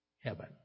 heaven